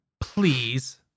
Please